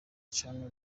canke